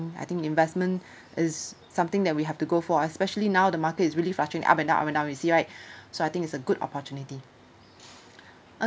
I think investment is something that we have to go for especially now the market is really fluctuate up and down up and down you see right so I think it's a good opportunity